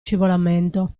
scivolamento